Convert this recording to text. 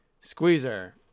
Squeezer